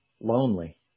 Lonely